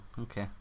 okay